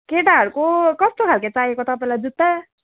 केटाहरूको कस्तो खाल्के चाहिएको तपाईँलाई जुत्ता